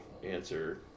answer